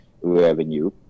revenue